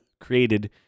created